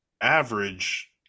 average